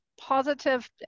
positive